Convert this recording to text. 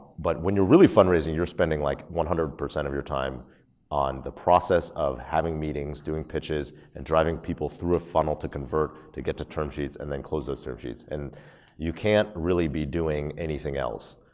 but when you're really fundraising, you're spending like one hundred percent of your time on the process of having meetings, doing pitches and driving people through a funnel to convert to get to term sheets and then close those term sheets. and you can't really be doing anything else.